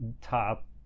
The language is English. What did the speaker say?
top